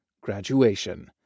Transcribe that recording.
Graduation